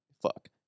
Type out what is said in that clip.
Fuck